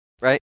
right